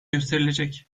gösterilecek